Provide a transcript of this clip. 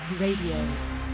Radio